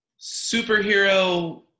Superhero